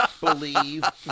believe